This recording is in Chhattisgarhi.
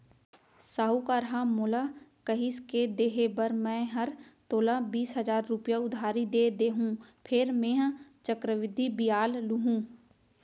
साहूकार ह मोला कहिस के देहे बर मैं हर तोला बीस हजार रूपया उधारी दे देहॅूं फेर मेंहा चक्रबृद्धि बियाल लुहूं